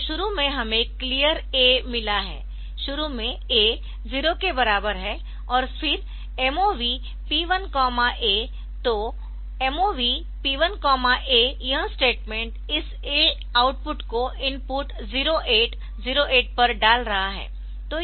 तो शुरू में हमें क्लियर A मिला है शुरू में A 0 के बराबर और फिर MOV P1 A तो MOV P1 A यह स्टेटमेंट इस A आउटपुट को इनपुट 0808 पर डाल रहा है